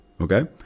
Okay